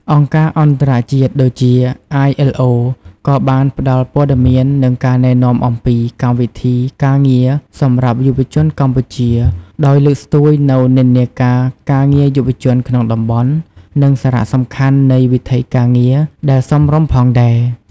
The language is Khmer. អង្គការអន្តរជាតិដូចជា អាយ អិល អូ ILO ក៏បានផ្តល់ព័ត៌មាន និងការណែនាំអំពីកម្មវិធីការងារសម្រាប់យុវជនកម្ពុជា ដោយលើកស្ទួយនូវនិន្នាការការងារយុវជនក្នុងតំបន់ និងសារៈសំខាន់នៃវិថីការងារដែលសមរម្យផងដែរ។